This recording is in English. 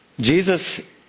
Jesus